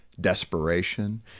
desperation